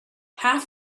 half